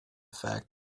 fact